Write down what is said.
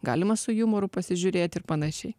galima su jumoru pasižiūrėti ir panašiai